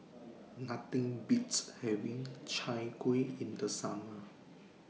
Nothing Beats having Chai Kuih in The Summer